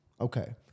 Okay